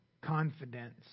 confidence